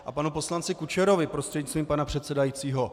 A panu poslanci Kučerovi prostřednictvím pana předsedajícího.